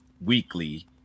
weekly